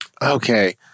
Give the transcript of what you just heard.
Okay